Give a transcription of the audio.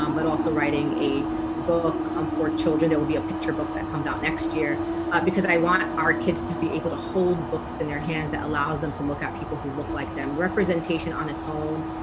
um but also writing a book um for children there will be a picture book that comes out next year because i want our kids to be able to hold books in their hands that allows them to look at people who look like them representation on its own